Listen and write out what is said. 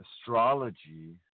astrology